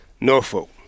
Norfolk